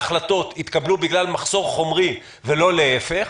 ההחלטות התקבלו בגלל מחסור חומרי ולא להיפך.